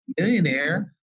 millionaire